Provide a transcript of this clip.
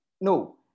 No